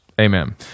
Amen